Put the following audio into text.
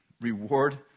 Reward